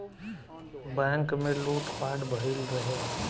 bank में लूट पाट भईल रहे